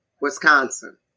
Wisconsin